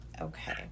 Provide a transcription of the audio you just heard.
okay